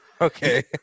Okay